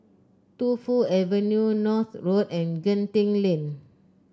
Tu Fu Avenue North Road and Genting Lane